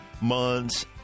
months